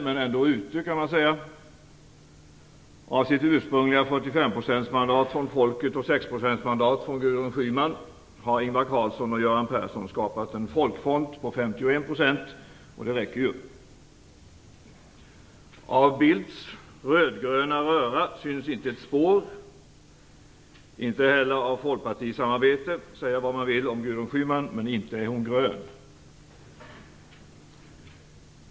Man kan säga att hon är inne men ändå ute. Av sitt ursprungliga mandat på Ingvar Carlsson och Göran Persson skapat en folkfront på 51 %. Det räcker ju. Av Bildts rödgröna röra syns inte ett spår, inte heller av ett Folkparti-samarbete. Säga vad man vill om Gudrun Schyman, men inte är hon grön.